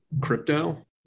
crypto